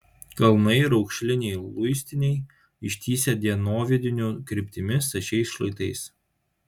kalnai raukšliniai luistiniai ištįsę dienovidinių kryptimi stačiais šlaitais